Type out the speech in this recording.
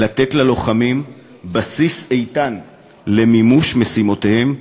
לתת ללוחמים בסיס איתן למימוש משימותיהם,